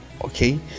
okay